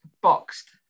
Boxed